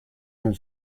non